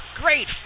Great